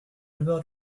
about